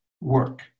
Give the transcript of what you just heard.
work